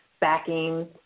backing